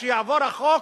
ברגע שיעבור החוק,